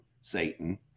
Satan